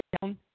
down